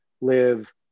live